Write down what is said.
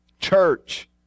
Church